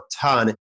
ton